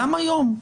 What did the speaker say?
גם היום,